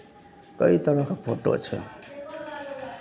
कई तरहके फोटो छै